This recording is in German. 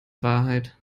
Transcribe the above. wahrheit